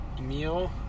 Meal